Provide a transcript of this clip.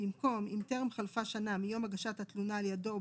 במקום "אם טרם חלפה שנה מיום הגשת התלונה על ידו או